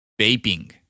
Vaping